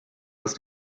dass